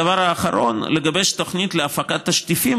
הדבר האחרון: לגבש תוכנית להפקת תשטיפים